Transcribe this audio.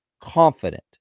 confident